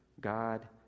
God